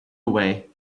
away